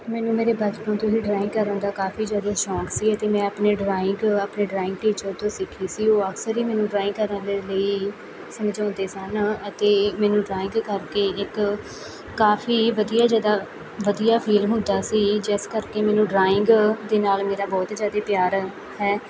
ਮੈਨੂੰ ਮੇਰੇ ਬਚਪਨ ਤੋਂ ਹੀ ਡਰਾਇੰਗ ਕਰਨ ਦਾ ਕਾਫ਼ੀ ਜ਼ਿਆਦਾ ਸ਼ੌਂਕ ਸੀ ਅਤੇ ਮੈਂ ਆਪਣੇ ਡਰਾਇੰਗ ਆਪਣੇ ਡਰਾਇੰਗ ਟੀਚਰ ਤੋਂ ਸਿੱਖੀ ਸੀ ਉਹ ਅਕਸਰ ਹੀ ਮੈਨੂੰ ਡਰਾਇੰਗ ਕਰਨ ਦੇ ਲਈ ਸਮਝਾਉਂਦੇ ਸਨ ਅਤੇ ਮੈਨੂੰ ਡਰਾਇੰਗ ਕਰਕੇ ਇੱਕ ਕਾਫ਼ੀ ਵਧੀਆ ਜ਼ਿਆਦਾ ਵਧੀਆ ਫੀਲ ਹੁੰਦਾ ਸੀ ਜਿਸ ਕਰਕੇ ਮੈਨੂੰ ਡਰਾਇੰਗ ਦੇ ਨਾਲ ਮੇਰਾ ਬਹੁਤ ਜ਼ਿਆਦਾ ਪਿਆਰ ਹੈ